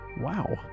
Wow